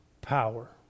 power